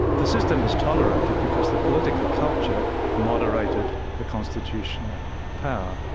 the system was tolerated because the political culture moderated the constitutional power.